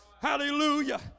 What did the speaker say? hallelujah